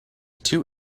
two